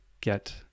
get